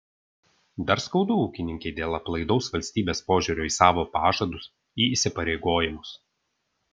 dar skaudu ūkininkei dėl aplaidaus valstybės požiūrio į savo pažadus į įsipareigojimus